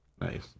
Nice